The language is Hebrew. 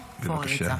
אדוני היושב-ראש.